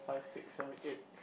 four five six